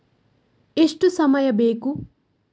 ಎಷ್ಟು ಸಮಯ ಬೇಕು?